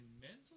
mental